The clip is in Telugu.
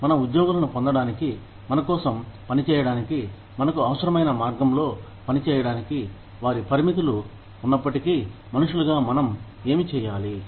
మన ఉద్యోగులను పొందడానికి మనకోసం పని చేయడానికి మనకు అవసరమైన మార్గంలో పనిచేయడానికి వారి పరిమితులు ఉన్నప్పటికీ మనుషులుగా మనం ఏమి చేయాలి